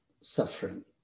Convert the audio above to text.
suffering